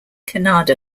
kannada